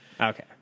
okay